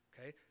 okay